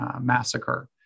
massacre